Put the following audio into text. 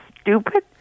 stupid